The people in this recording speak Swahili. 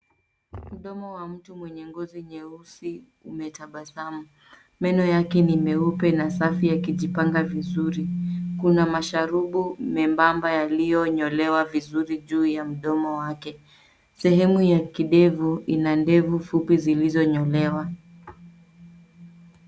Mdomo wa mtu mwenye ngozi nyeusi umetabasamu. Meno yakiwa ni meupe na safi ya kijipanga vizuri. Kuna masharubu membamba yaliyonyolewa vizuri juu ya mdomo wake. Sehemu ya kidevu, inandevu fupi zilizonyolewa.